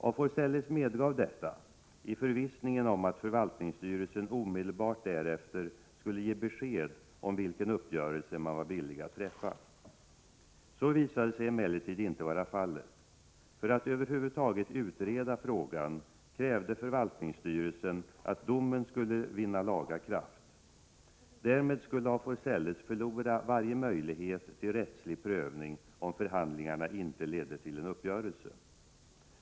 af Forselles medgav detta i förvissningen om att förvaltningsstyrelsen omedelbart därefter skulle ge besked om vilken uppgörelse man var villig att träffa. Så visade sig emellertid inte vara fallet. För att över huvud taget utreda frågan krävde förvaltningsstyrelsen att domen skulle vinna laga kraft. Därmed skulle af Forselles förlora varje möjlighet till rättslig prövning om förhandlingarna inte ledde till en uppgörelse.